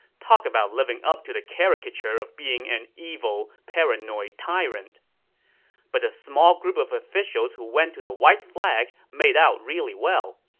talk about living up to the caricature of being an evil, paranoid tyrant but the small group of officials who went to white flag made out really well.